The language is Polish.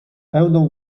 będą